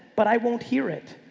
but i won't hear it.